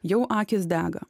jau akys dega